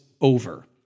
over